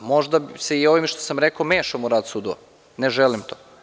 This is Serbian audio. Možda se i ovim što sam rekao mešam u rad sudova, ne želim to.